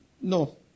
No